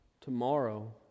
tomorrow